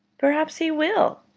perhaps he will,